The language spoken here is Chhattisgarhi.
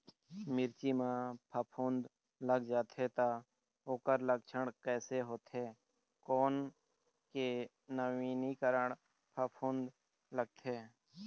मिर्ची मा फफूंद लग जाथे ता ओकर लक्षण कैसे होथे, कोन के नवीनीकरण फफूंद लगथे?